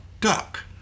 duck